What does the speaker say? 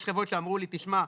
יש חברות שאמרו לי: תשמע,